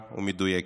ומדויקת: